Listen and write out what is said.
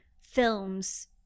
films